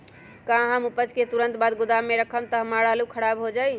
का हम उपज के तुरंत बाद गोदाम में रखम त हमार आलू खराब हो जाइ?